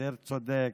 יותר צודק.